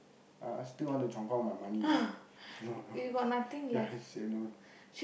ah ah still want to 充公 my money ah no no ya I say no